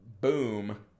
boom